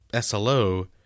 SLO